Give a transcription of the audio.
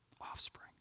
offspring